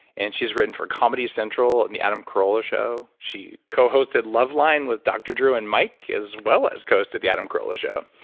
and she's written for comedy central and the adam carolla show. she cohosted loveline with dr. drew and mike as well as cohosted the adam carolla show.